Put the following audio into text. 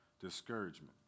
discouragement